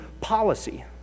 policy